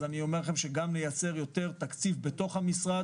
אז גם לייצר יותר תקציב בתוך המשרד